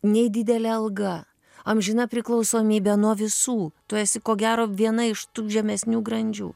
nei didelė alga amžina priklausomybė nuo visų tu esi ko gero viena iš žemesnių grandžių